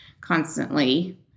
constantly